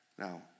Now